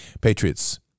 Patriots